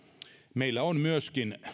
meillä on myöskin